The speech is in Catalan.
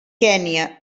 kenya